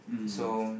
so